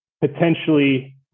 potentially